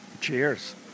Cheers